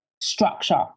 structure